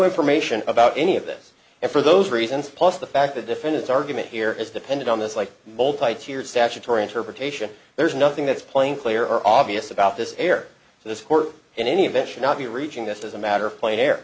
information about any of this and for those reasons plus the fact the defendant's argument here is dependent on this like multi tiered statutory interpretation there's nothing that's plain player all of us about this air in this court in any event should not be reaching this as a matter of playing air